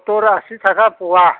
सुत्तुर आसि थाखा फवा